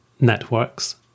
networks